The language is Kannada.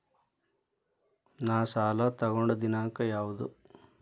ನಾ ಸಾಲ ತಗೊಂಡು ದಿನಾಂಕ ಯಾವುದು?